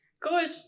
Good